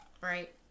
Right